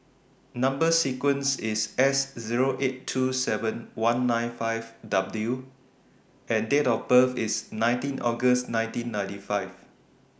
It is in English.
Number sequence IS S Zero eight two seven one nine five W and Date of birth IS nineteen August nineteen ninety five